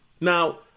Now